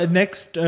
next